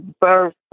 birth